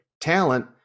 talent